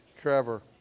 Trevor